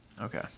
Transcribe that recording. okay